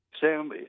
Sam